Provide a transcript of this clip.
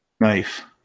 Knife